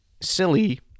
silly